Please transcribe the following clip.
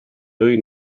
dwy